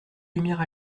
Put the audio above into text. lumière